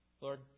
Lord